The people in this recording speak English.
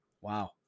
Wow